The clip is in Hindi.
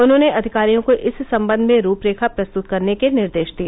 उन्हॉने अधिकारियों को इस संबंध में रूपरेखा प्रस्तुत करने के निर्देश दिए